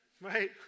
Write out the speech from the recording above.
right